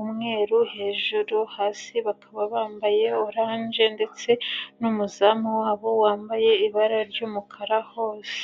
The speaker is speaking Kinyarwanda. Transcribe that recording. umweru hejuru, hasi bakaba bambaye oranje ndetse n'umuzamu wabo wambaye ibara ry'umukara hose.